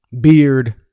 beard